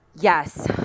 Yes